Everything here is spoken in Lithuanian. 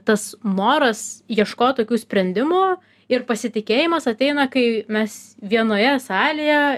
tas moras ieškojo tokių sprendimų ir pasitikėjimas ateina kai mes vienoje salėje